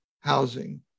housing